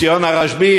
את הציון של רשב"י,